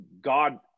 God